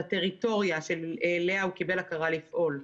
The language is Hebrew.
בטריטוריה שאליה הוא קיבל הכרה לפעול,